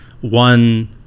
one